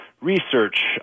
research